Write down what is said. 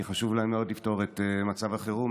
כי חשוב להן מאוד לפתור את מצב החירום,